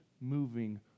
moving